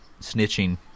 snitching